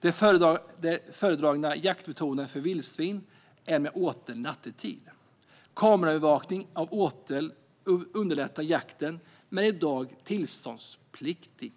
Den föredragna metoden för jakt av vildsvin är jakt med åtel nattetid. Kameraövervakning av åteln underlättar jakten men är i dag tillståndspliktig.